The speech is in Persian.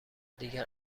دیگر